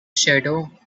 shadow